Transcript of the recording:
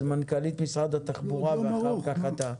אז מנכ"לית משרד התחבורה ואחר כך אתה.